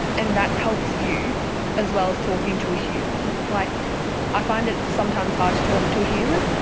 and that helps you as well as talking to a human. like i find it sometimes hard to talk to a human,